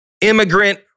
immigrant